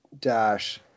dash